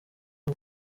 uko